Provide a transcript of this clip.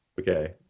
Okay